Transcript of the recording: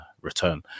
return